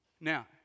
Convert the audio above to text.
Now